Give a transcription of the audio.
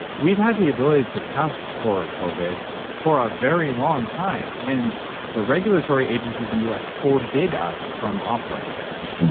we've had the ability to test for covid for a very long time, and the regulatory agencies in the u s. forbid us from offering this.